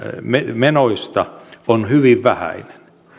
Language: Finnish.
menoista on hyvin vähäinen